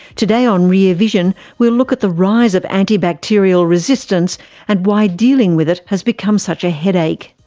today on rear vision we'll look at the rise of antibacterial resistance and why dealing with it has become such a headache.